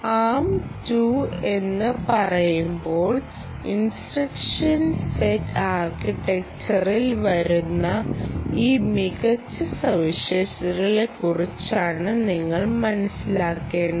thumb 2 എന്ന് പറയുമ്പോൾ instruction set ആർക്കിടെക്ചറിൽ വരുന്ന ഈ മികച്ച സവിശേഷതകളെക്കുറിച്ചാണ് നിങ്ങൾ മനസ്റ്റിലാക്കേണ്ടത്